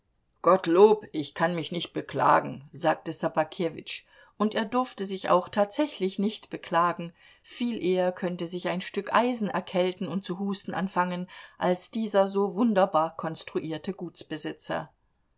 gottlob ich kann mich nicht beklagen sagte ssobakewitsch und er durfte sich auch tatsächlich nicht beklagen viel eher könnte sich ein stück eisen erkälten und zu husten anfangen als dieser so wunderbar konstruierte